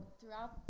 throughout